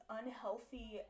unhealthy